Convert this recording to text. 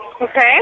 Okay